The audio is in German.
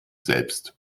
selbst